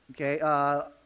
okay